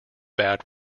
bad